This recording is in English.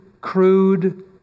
crude